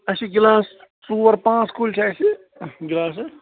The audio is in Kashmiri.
اَسہِ چھِ گِلاس ژور پانٛژ کُلۍ چھِ اَسہِ گِلاسہٕ